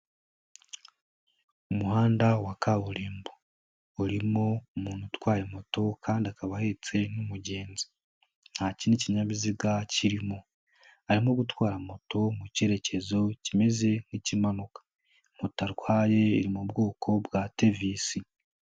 Umuhanda wa kaburimbo urimo umuntu utwaye moto kandi akaba ahetse n'umugenzi, nta kindi kinyabiziga kirimo arimo gutwara moto mu kerekezo kimeze nk'ikimanuka moto atwaye iri mu bwoko bwa TVS.